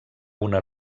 una